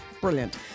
Brilliant